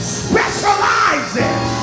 specializes